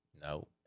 No